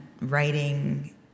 writing